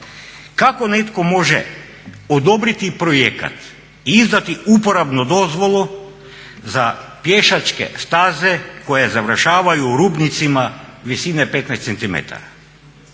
Kako netko može odobriti projekt i izdati uporabnu dozvolu za pješačke staze koje završavaju u rubnicima visine 15 cm?